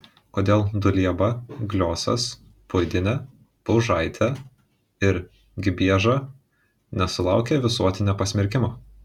kodėl dulieba gliosas puidienė paužaitė ir gibieža nesulaukė visuotinio pasmerkimo